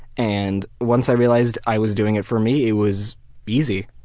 and once i realized i was doing it for me it was easy.